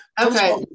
okay